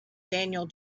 daniel